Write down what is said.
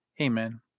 Amen